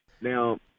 Now